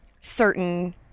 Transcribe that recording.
certain